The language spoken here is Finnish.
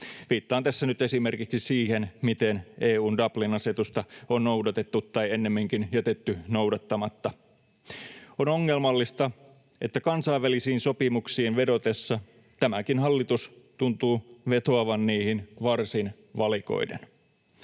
Viittaan tässä nyt esimerkiksi siihen, miten EU:n Dublin-asetusta on noudatettu tai ennemminkin jätetty noudattamatta. On ongelmallista, että kansainvälisiin sopimuksiin vedotessaan tämäkin hallitus tuntuu vetoavan niihin varsin valikoiden.